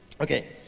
Okay